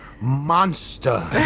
monster